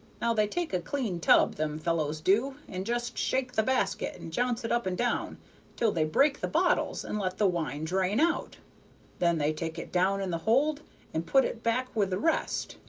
now, they take a clean tub, them fellows do, and just shake the basket and jounce it up and down till they break the bottles and let the wine drain out then they take it down in the hold and put it back with the rest,